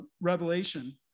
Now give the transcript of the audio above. revelation